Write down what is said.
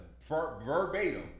verbatim